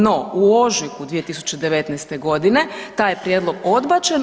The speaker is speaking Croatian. No, u ožujku 2019. g. taj je prijedlog odbačen.